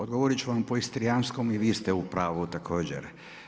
Odgovorit ću vam po istrijanskom i vi ste u pravu također.